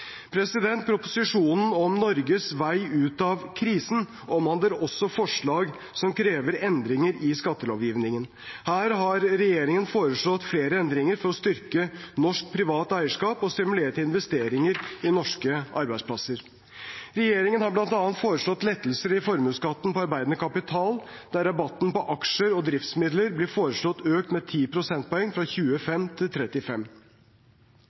om Norges vei ut av krisen omhandler også forslag som krever endringer i skattelovgivningen. Her har regjeringen foreslått flere endringer for å styrke norsk privat eierskap og stimulere til investeringer i norske arbeidsplasser. Regjeringen har bl.a. foreslått lettelser i formuesskatten på arbeidende kapital, der rabatten på aksjer og driftsmidler ble foreslått økt med 10 prosentpoeng, fra 25 til 35.